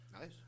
Nice